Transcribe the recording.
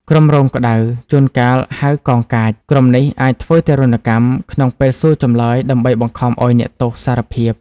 ក្រុមរងក្តៅ (ជួនកាលហៅ កងកាច) ក្រុមនេះ អាចធ្វើទារុណកម្ម ក្នុងពេលសួរចម្លើយដើម្បីបង្ខំឱ្យអ្នកទោសសារភាព។